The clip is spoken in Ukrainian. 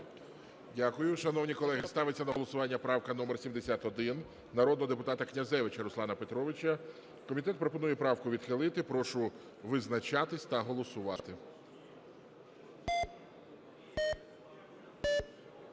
Дякую. Шановні колеги, ставиться на голосування правка номер 71 народного депутата Князевича Руслана Петровича. Комітет пропонує правку відхилити. Прошу визначатись та голосувати.